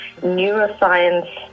neuroscience